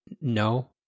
no